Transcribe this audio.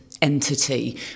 Entity